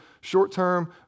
short-term